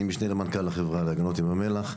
אני המשנה למנכ"ל החברה להגנות ים המלח,